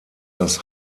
das